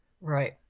Right